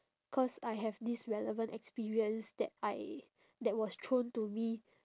cause I have this relevant experience that I that was thrown to me